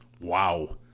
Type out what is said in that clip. Wow